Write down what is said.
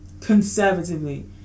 Conservatively